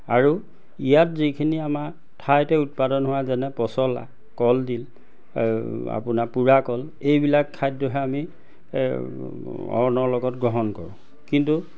আৰু ইয়াত যিখিনি আমাৰ ঠাইতে উৎপাদন হোৱা যেনে পচলা কলডিল আপোনাৰ পোৰা কল এইবিলাক খাদ্যহে আমি অন্নৰ লগত গ্ৰহণ কৰোঁ কিন্তু